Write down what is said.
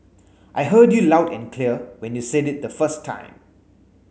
I heard you loud and clear when you said it the first time